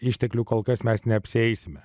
išteklių kol kas mes neapsieisime